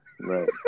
right